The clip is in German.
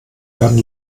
werden